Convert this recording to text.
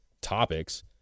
topics